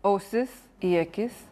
ausis į akis